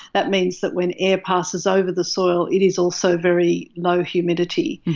that means that when air passes over the soil it is also very low humidity.